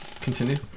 Continue